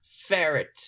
Ferret